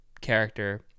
character